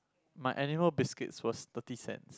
my animal biscuit was thirty cent